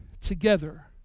together